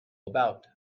about